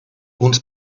uns